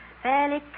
Fairly